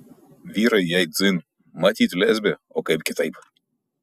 vyrai jai dzin matyt lesbė o kaip kitaip